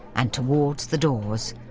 and towards the doors,